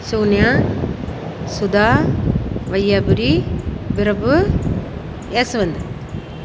Shunya Sudha Vaiyapuri Prabhu Yashwant